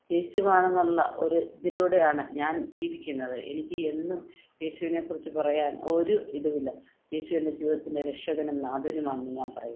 യേശുവാണെന്നുള്ള ഒരു ഇതിലൂടെയാണ് ഞാൻ ജീവിക്കുന്നത് എനിക്ക് എന്നും യേശുവിനെ കുറിച്ച് പറയാൻ ഒരു ഇതും ഇല്ല യേശു എൻ്റെ ജീവിതത്തിൻറെ രക്ഷകനും നാഥനുമാണെന്ന് ഞാൻ പറയും